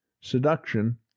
Seduction